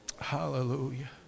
Hallelujah